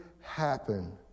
happen